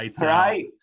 right